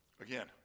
Again